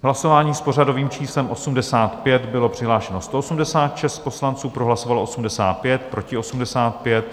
Hlasování s pořadovým číslem 85, bylo přihlášeno 186 poslanců, pro hlasovalo 85, proti 85.